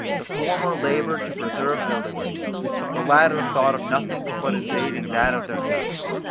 the former laboured to preserve their liberty the latter thought of nothing but invading that of their neighbours,